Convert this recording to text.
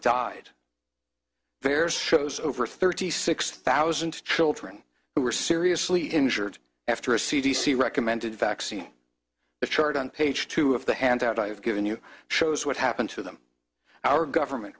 died there's shows over thirty six thousand children who are seriously injured after a c d c recommended vaccine the chart on page two of the handout i have given you shows what happened to them our government